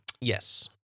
Yes